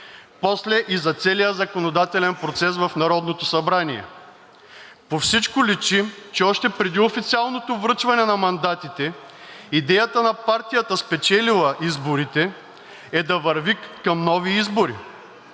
после, и за целия законодателен процес в Народното събрание. По всичко личи, че още преди официалното връчване на мандатите идеята на партията, спечелила изборите, е да върви към нови избори.